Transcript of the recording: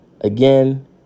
Again